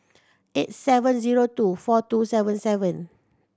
eight seven zero two four two seven seven